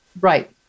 Right